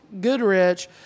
Goodrich